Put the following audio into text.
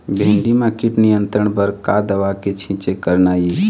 भिंडी म कीट नियंत्रण बर का दवा के छींचे करना ये?